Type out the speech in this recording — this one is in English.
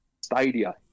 Stadia